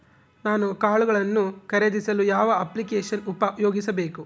ನಾನು ಕಾಳುಗಳನ್ನು ಖರೇದಿಸಲು ಯಾವ ಅಪ್ಲಿಕೇಶನ್ ಉಪಯೋಗಿಸಬೇಕು?